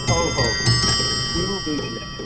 ହଉ ହଉ ବିନ୍ ଦୁଇ କିଲୋ